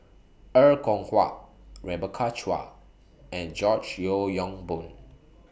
Er Kwong Wah Rebecca Chua and George Yeo Yong Boon